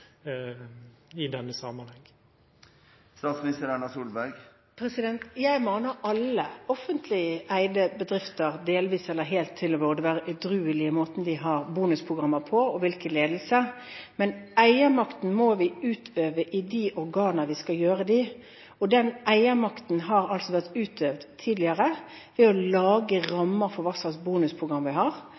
i denne samanhengen. Jeg maner alle delvis eller helt offentlig eide bedrifter til å være edruelige i måten de har bonusprogrammer på – og hvilken ledelse de har. Men eiermakten må utøves i de organer som skal gjøre det. Den eiermakten har vært utøvd tidligere ved å lage rammer for hva slags bonusprogrammer man har.